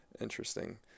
Interesting